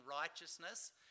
righteousness